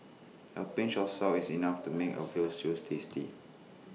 A pinch of salt is enough to make A Veal Stews tasty